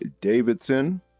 davidson